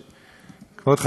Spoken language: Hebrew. כבוד חברי הכנסת,